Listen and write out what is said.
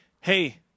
hey